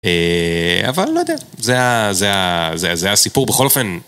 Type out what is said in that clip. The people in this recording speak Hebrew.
אבל לא יודע, זה הסיפור בכל אופן.